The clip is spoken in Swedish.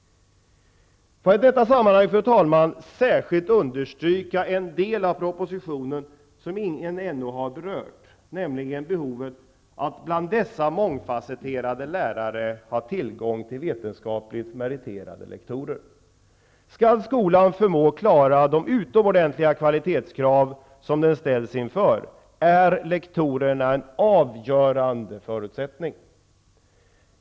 I detta sammanhang vill jag, fru talman, särskilt understryka en del av propositionen som ingen ännu har berört, nämligen behovet av att bland dessa mångfasetterade lärare ha tillgång till vetenskapligt meriterade lektorer. För att skolan skall förmå att klara de utomordentliga kvalitetskrav som den ställs inför är tillgången till lektorer en avgörande förutsättning.